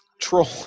troll